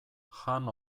jan